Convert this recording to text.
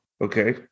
Okay